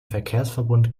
verkehrsverbund